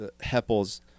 Heppel's